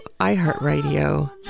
iHeartRadio